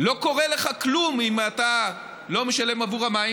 לא קורה לך כלום אם אתה לא משלם עבור המים,